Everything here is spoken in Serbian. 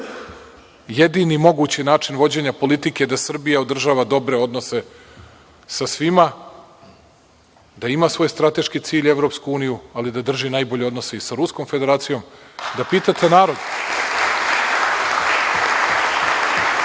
Jedini mogući način vođenja politike je da Srbija održava dobre odnose sa svima, da ima svoj strateški cilj - EU, ali da drži najbolje odnose i sa Ruskom Federacijom, da pitate narod